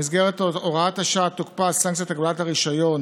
במסגרת הוראת השעה תוקפא סנקציית הגבלת הרישיון